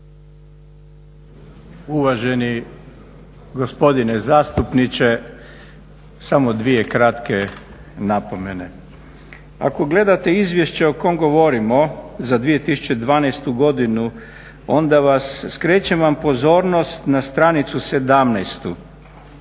Uvaženi gospodine zastupniče samo dvije kratke napomene. Ako gledate izvješće o kom govorimo za 2012. godinu onda vas, skrećem vam pozornost na stranicu 17. Lijepo